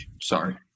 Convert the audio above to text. Sorry